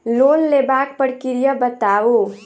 Loan लेबाक प्रक्रिया बताऊ?